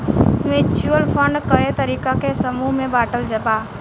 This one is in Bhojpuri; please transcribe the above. म्यूच्यूअल फंड कए तरीका के समूह में बाटल बा